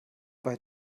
bei